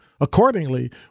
accordingly